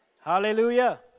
Hallelujah